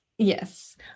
Yes